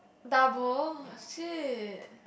double see